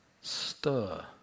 stir